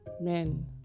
men